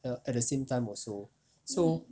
at the same time also so